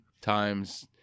times